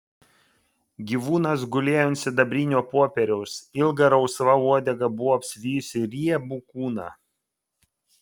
gyvūnas gulėjo ant sidabrinio popieriaus ilga rausva uodega buvo apsivijusi riebų kūną